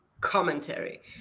commentary